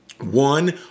One